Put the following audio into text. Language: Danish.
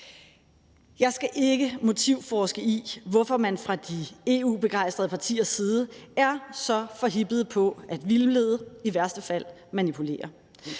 Jeg skal ikke motivforske i, hvorfor man fra de EU-begejstrede partiers side er så forhippet på at vildlede, i værste fald manipulere.